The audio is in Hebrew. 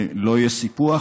לא יהיה סיפוח